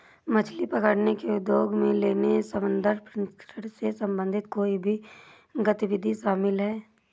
मछली पकड़ने के उद्योग में लेने, संवर्धन, प्रसंस्करण से संबंधित कोई भी गतिविधि शामिल है